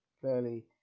Clearly